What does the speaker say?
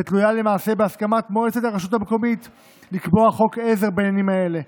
ותלויה למעשה בהסכמת מועצת הרשות המקומית לקבוע חוק עזר בעניינים האלה.